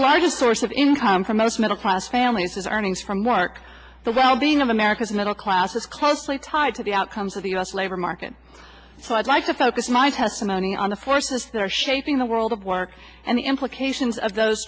the largest source of income for most middle class families is earnings from work the well being of america's middle class is closely tied to the outcomes of the u s labor market so i'd like to focus my testimony on the forces that are shaping the world of work and the implications of those